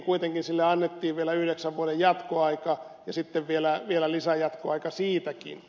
kuitenkin sille annettiin vielä yhdeksän vuoden jatkoaika ja sitten vielä lisäjatkoaika siitäkin